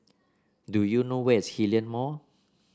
do you know where is Hillion Mall